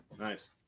Nice